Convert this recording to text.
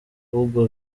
hugo